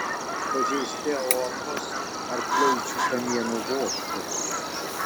pažeisti aortos ar plaučių kamieno vožtuvai